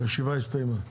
הישיבה הסתיימה.